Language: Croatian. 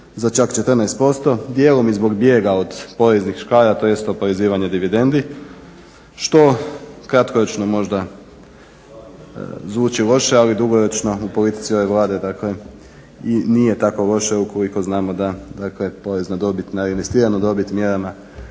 za čak 14% dijelom i zbog bijega od poreznih škara tj. oporezivanje dividendi što kratkoročno možda zvuči loše, ali dugoročno u politici ove Vlade, dakle i nije tako loše ukoliko znamo da, dakle porez na dobit na investiranu dobit mjerama